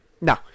no